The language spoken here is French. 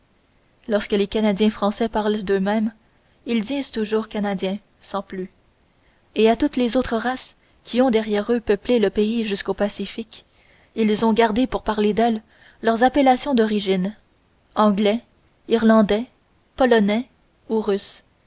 lorsque les canadiens français parlent d'eux mêmes ils disent toujours canadiens sans plus et toutes les autres races qui ont derrière eux peuplé le pays jusqu'au pacifique ils ont gardé pour parler d'elles leurs appellations d'origine anglais irlandais polonais ou russes